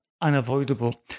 unavoidable